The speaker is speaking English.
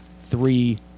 three